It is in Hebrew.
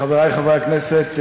חברי חברי הכנסת,